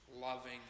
loving